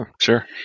sure